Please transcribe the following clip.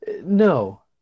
No